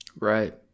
Right